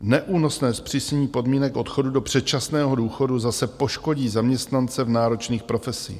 Neúnosné zpřísnění podmínek odchodu do předčasného důchodu zase poškodí zaměstnance v náročných profesích.